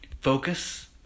Focus